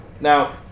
now